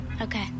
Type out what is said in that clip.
okay